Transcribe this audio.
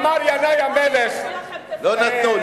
אמר ינאי המלך, לא נתנו.